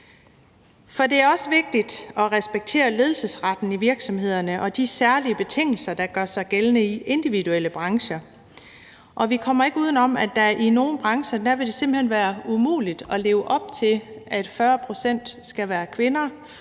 for det er også vigtigt at respektere ledelsesretten i virksomhederne og de særlige betingelser, der gør sig gældende i individuelle brancher. Vi kommer ikke uden om, at det i nogle brancher simpelt hen vil være umuligt at leve op til, at 40 pct. skal være kvinder,